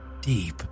deep